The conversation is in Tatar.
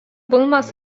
булмас